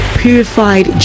purified